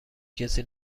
کسی